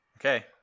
Okay